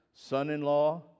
Son-in-law